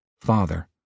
Father